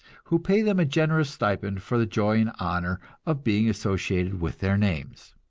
who pay them a generous stipend for the joy and honor of being associated with their names.